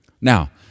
Now